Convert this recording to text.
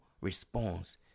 response